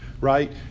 right